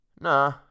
Nah